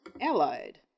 Allied